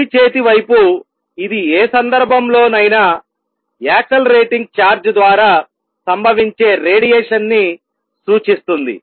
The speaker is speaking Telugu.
కుడి చేతి వైపు ఇది ఏ సందర్భంలోనైనా యాక్సలరేటింగ్ ఛార్జ్ ద్వారా సంభవించే రేడియేషన్ ని సూచిస్తుంది